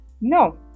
No